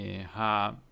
ha